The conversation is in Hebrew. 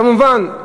כמובן,